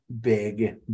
big